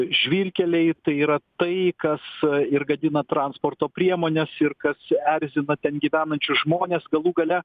žvyrkeliai tai yra tai kas ir gadina transporto priemones ir kas erzina ten gyvenančius žmones galų gale